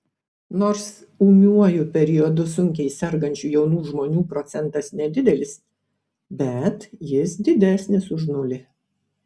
nors ūmiuoju periodu sunkiai sergančių jaunų žmonių procentas nedidelis bet jis didesnis už nulį